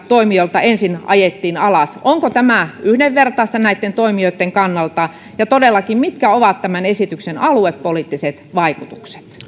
toimijoilta ensin ajettiin alas onko tämä yhdenvertaista näitten toimijoitten kannalta ja mitkä todellakin ovat tämän esityksen aluepoliittiset vaikutukset